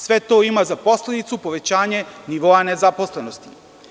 Sve to ima za posledicu povećanje nivoa nezaposlenosti.